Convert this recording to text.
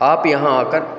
आप यहाँ आकर